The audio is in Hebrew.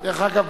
דרך אגב,